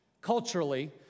culturally